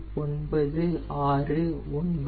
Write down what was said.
969